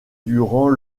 durant